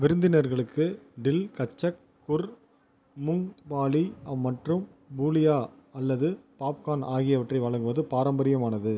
விருந்தினர்களுக்கு டில் கச்சக் குர் மூங்பாலி மற்றும் ஃபூலியா அல்லது பாப்கார்ன் ஆகியவற்றை வழங்குவது பாரம்பரியமானது